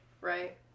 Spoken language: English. right